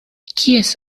kies